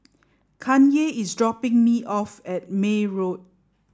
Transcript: Kanye is dropping me off at May Road